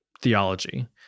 theology